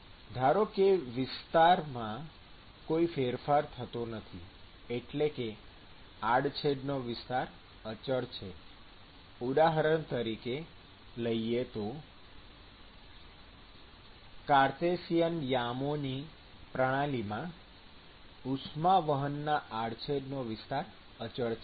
ધારો કે વિસ્તારમાં કોઈ ફેરફાર થતો નથી એટલે કે આડછેડનો વિસ્તાર અચળ છે ઉદાહરણ તરીકે લઈએ તો કાર્તેસિયન યામોની પ્રણાલીમાં ઉષ્મા વહનના આડછેદનો વિસ્તાર અચળ રહે છે